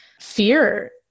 fear